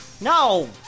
No